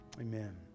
Amen